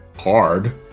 hard